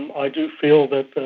i do feel that